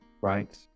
right